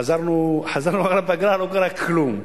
חזרנו אחרי הפגרה ולא קרה כלום.